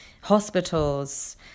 hospitals